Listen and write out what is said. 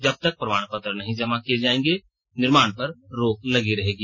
जब तक प्रमाणपत्र नहीं जमा किए जाएंगे निर्माण पर रोक लगी रहेगी